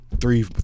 Three